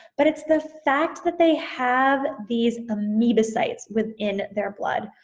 but it's the fact that they have these amebocytes within their blood,